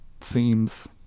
seems